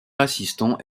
assistant